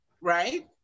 right